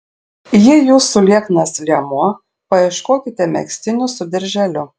jei jūsų lieknas liemuo paieškokite megztinių su dirželiu